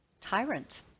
tyrant